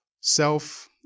self